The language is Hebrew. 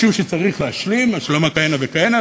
משום שצריך להשלים השלמה כהנה וכהנה.